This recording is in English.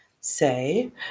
say